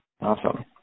Awesome